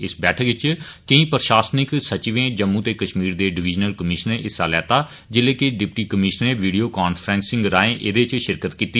इस बैठक इच कोई प्रशासनिक संघिवें जम्मू ते कश्मीर दे डिविजनल कमीश्नरें हिस्सै लैता जिल्ले के डिप्टी कमीश्नरें वीडियो काफ्रैंसिंग राए एहदे इच शिरकत कीती